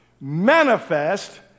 manifest